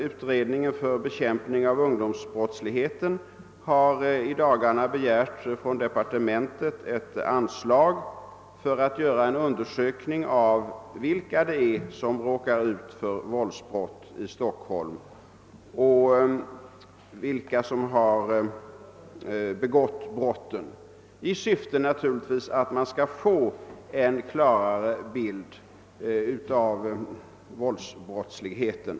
Utredningen för bekämpande av ungdomsbrottsligheten har i dagarna från departementet begärt ett anslag för att göra en undersökning av vilka det är som råkar ut för våldsbrott i Stockholm och vilka som har begått brotten, allt detta i syfte att få fram en klarare bild av våldsbrottsligheten.